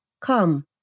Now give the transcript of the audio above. Come